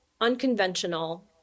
unconventional